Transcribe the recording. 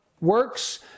works